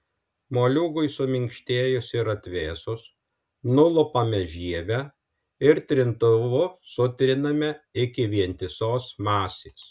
moliūgui suminkštėjus ir atvėsus nulupame žievę ir trintuvu sutriname iki vientisos masės